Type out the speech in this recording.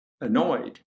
annoyed